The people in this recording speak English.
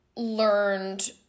Learned